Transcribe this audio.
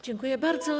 Dziękuję bardzo.